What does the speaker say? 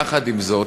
יחד עם זאת,